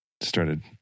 started